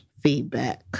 Feedback